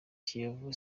kiyovu